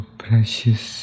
precious